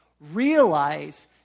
realize